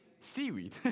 seaweed